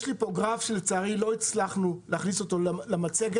יש לי פה גרף שלצערי לא הצלחנו להכניס אותו למצגת,